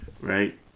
right